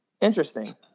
Interesting